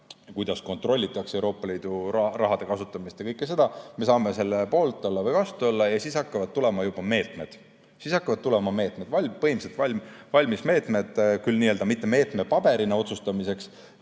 kuidas kontrollitakse Euroopa Liidu rahade kasutamist jne. Me saame olla selle poolt või vastu. Ja siis hakkavad tulema meetmed. Siis hakkavad tulema meetmed, põhimõtteliselt valmis meetmed, küll mitte meetmed paberil ehk otsustamiseks,